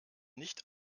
nicht